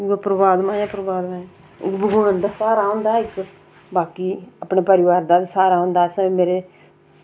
उऐ परमात्मा ई परमात्मा ऐ इक भगवान दा स्हारा होंदा इक्क बाकी अपने परिवार दा बी स्हारा होंदा अस मेरे